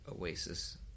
Oasis